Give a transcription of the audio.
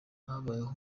habayeho